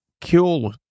kill